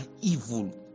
evil